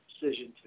decision